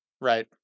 Right